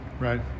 Right